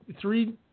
Three